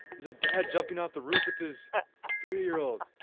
was dad jumping off the roof with his three year old.